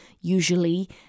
usually